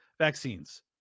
vaccines